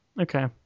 Okay